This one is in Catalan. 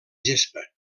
gespa